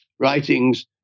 Writings